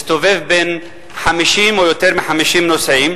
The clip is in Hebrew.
מסתובב בין יותר מ-50 נוסעים,